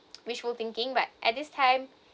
wishful thinking but at this time